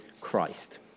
Christ